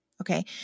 Okay